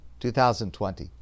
2020